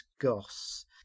Goss